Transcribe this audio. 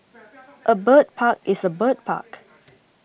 a bird park is a bird park